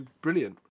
brilliant